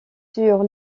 sur